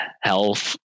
health